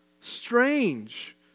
strange